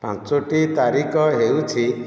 ପାଞ୍ଚଟି ତାରିଖ ହେଉଛି